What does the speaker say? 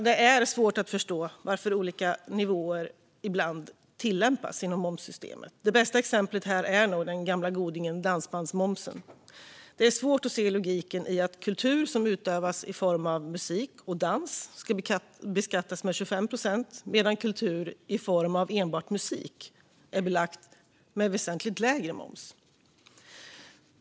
Det är svårt att förstå varför olika nivåer ibland tillämpas inom momssystemet. Det bästa exemplet är nog den gamla godingen dansbandsmomsen. Det är svårt att se logiken i att kultur som utövas i form av musik och dans ska beskattas med 25 procent medan kultur i form av enbart musik är belagd med väsentligt lägre moms.